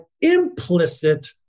implicit